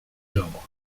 gioco